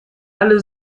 alle